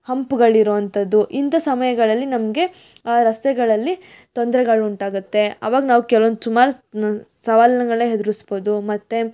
ಹಂಪ್ಗಳು ಇರುವಂತದ್ದು ಇಂಥ ಸಮಯಗಳಲ್ಲಿ ನಮಗೆ ರಸ್ತೆಗಳಲ್ಲಿ ತೊಂದ್ರೆಗಳು ಉಂಟಾಗುತ್ತೆ ಆವಾಗ ನಾವು ಕೆಲವೊಂದು ಸುಮಾರು ಸವಾಲುಗಳನ್ನ ಎದುರಿಸ್ಬೋದು ಮತ್ತು